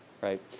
right